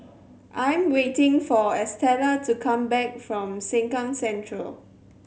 I am waiting for Estela to come back from Sengkang Central